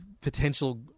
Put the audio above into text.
potential